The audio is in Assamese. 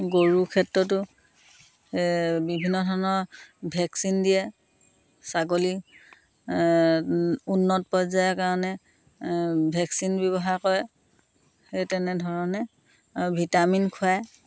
গৰুৰ ক্ষেত্ৰতো বিভিন্ন ধৰণৰ ভেকচিন দিয়ে ছাগলী উন্নত পৰ্যায়ৰ কাৰণে ভেকচিন ব্যৱহাৰ কৰে সেই তেনেধৰণে ভিটামিন খুৱায়